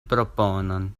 proponon